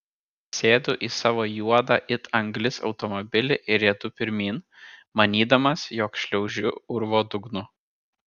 sėdu į savo juodą it anglis automobilį ir riedu pirmyn manydamas jog šliaužiu urvo dugnu